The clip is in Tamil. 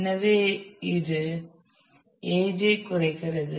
எனவே இது ஏஜை குறைக்கிறது